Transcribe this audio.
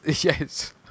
Yes